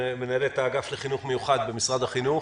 מנהלת האגף לחינוך מיוחד במשרד החינוך.